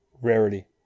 Rarity